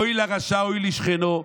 אוי לרשע, אוי לשכנו,